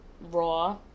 raw